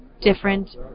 different